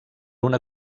una